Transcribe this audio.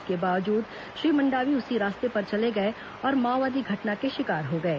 इसके बावजूद श्री मंडावी उसी रास्ते पर चले गए और माओवादी घटना के शिकार हो गए